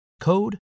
code